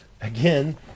again